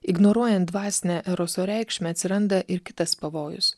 ignoruojant dvasinę eroso reikšmę atsiranda ir kitas pavojus